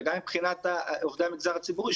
וגם מבחינת עובדי המגזר הציבורי,